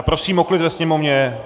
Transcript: Prosím o klid ve sněmovně.